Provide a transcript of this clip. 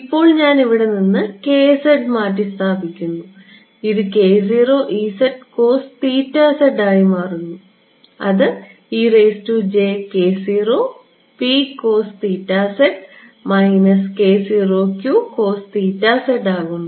ഇപ്പോൾ ഞാൻ ഇവിടെ നിന്ന് മാറ്റിസ്ഥാപിക്കുന്നു ഇത് ആയി മാറുന്നു അത് ആകുന്നു